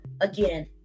again